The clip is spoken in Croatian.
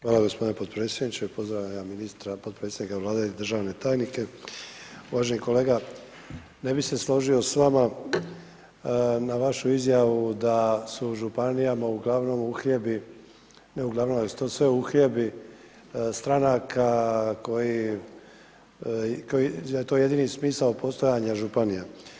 Hvala gospodine potpredsjedniče, pozdravljam ja ministra potpredsjednika Vlade i državne tajnike, uvaženi kolega ne bi se složio s vama na vašu izjavu da su u županijama uglavnom uhljebi, ne uglavnom nego su to sve uhljebi stranaka koji, da je to jedini smisao postojanja županija.